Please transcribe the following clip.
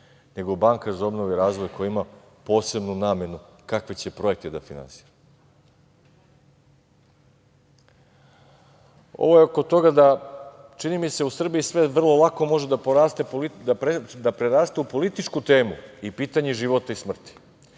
nego Banka za obnovu i razvoj koja ima posebnu namenu kakve će projekte da finansira. Ovo je oko toga da čini mi se u Srbiji sve vrlo lako može da preraste u političku temu i pitanje života i smrti,